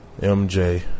MJ